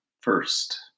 first